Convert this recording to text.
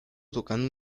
tocando